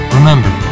Remember